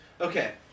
Okay